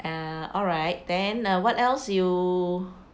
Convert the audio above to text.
ugh alright then uh what else you